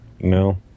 no